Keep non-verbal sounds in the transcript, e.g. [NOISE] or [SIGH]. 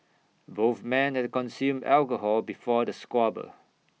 both men had consumed alcohol before the squabble [NOISE]